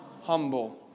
humble